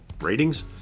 ratings